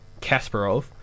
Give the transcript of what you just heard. Kasparov